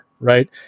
right